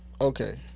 Okay